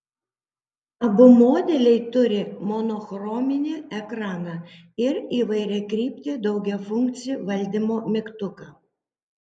abu modeliai turi monochrominį ekraną ir įvairiakryptį daugiafunkcį valdymo mygtuką